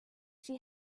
she